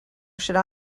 should